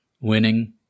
winning